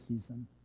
season